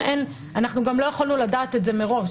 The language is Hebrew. אנחנו גם לא יכולנו לדעת את זה מראש.